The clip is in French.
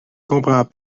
comprends